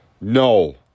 no